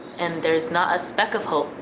and there is not a speck of hope.